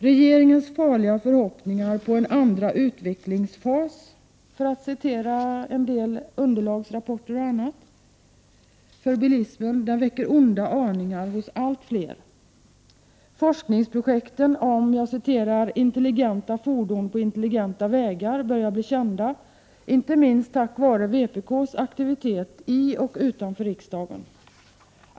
Regeringens farliga förhoppningar om en ”andra utvecklingsfas”, för att hänvisa till vad som framhålls i underlagsrapporter och annat, för bilismen väcker onda aningar hos allt fler. Forskningsprojekten om ”intelligenta fordon på intelligenta vägar” börjar bli kända, inte minst tack vare vpk:s aktivitet i och utanför riksdagen.